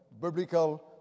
biblical